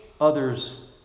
others